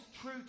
true